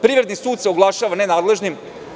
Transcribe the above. Privredni sud se oglašava nenadležnim.